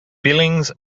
billings